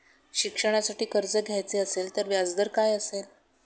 शिक्षणासाठी कर्ज घ्यायचे असेल तर व्याजदर काय असेल?